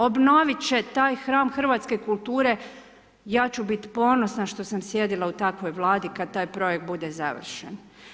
Obnovit će taj hram hrvatske kulture i ja ću biti ponosna što sam sjedila u takvoj Vladi kad taj projekt bude završen.